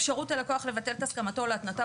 אפשרות הלקוח לבטל את הסכמתו ולהתנותה